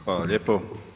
Hvala lijepo.